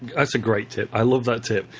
that's a great tip, i love that tip.